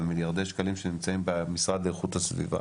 במיליארדי שקלים שנמצאים במשרד לאיכות הסביבה.